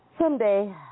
Someday